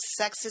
sexist